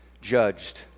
judged